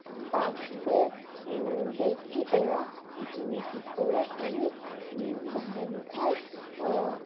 পাখিদের দেখি ওরা কিচিমিচি করে অনেক ধান খায়